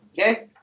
okay